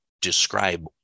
describe